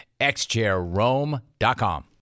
xchairrome.com